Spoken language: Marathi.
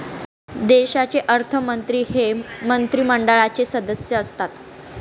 देशाचे अर्थमंत्री हे मंत्रिमंडळाचे सदस्य असतात